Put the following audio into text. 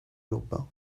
urbain